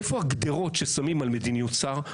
איפה הגדרות ששמים על מדיניות שר?